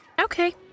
Okay